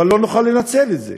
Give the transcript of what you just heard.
אבל לא נוכל לנצל את זה.